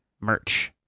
merch